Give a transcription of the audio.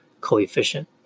coefficient